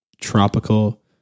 tropical